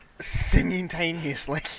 simultaneously